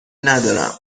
ندارم